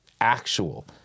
actual